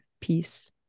peace